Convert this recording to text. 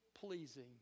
pleasing